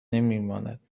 نمیماند